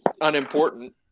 unimportant